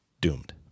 doomed